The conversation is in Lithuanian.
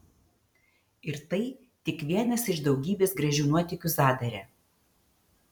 ir tai tik vienas iš daugybės gražių nuotykių zadare